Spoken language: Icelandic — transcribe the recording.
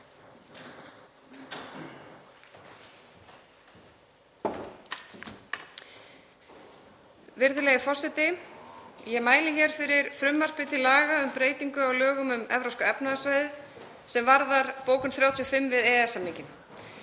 Virðulegi forseti. Ég mæli hér fyrir frumvarpi til laga um breytingu á lögum um Evrópska efnahagssvæðið sem varðar bókun 35 við EES-samninginn.